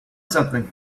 something